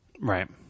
Right